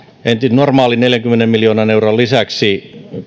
normaalin neljänkymmenen miljoonan euron lisäksi